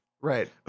Right